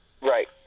Right